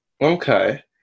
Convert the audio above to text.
okay